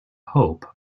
hope